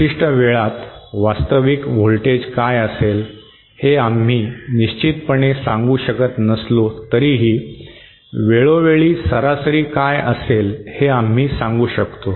विशिष्ट वेळात वास्तविक व्होल्टेज काय असेल हे आम्ही निश्चितपणे सांगू शकत नसलो तरीही वेळोवेळी सरासरी काय असेल हे आम्ही सांगू शकतो